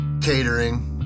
catering